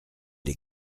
les